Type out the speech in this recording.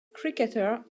cricketer